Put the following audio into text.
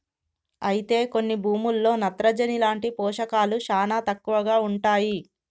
అయితే కొన్ని భూముల్లో నత్రజని లాంటి పోషకాలు శానా తక్కువగా ఉంటాయి